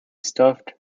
stuffed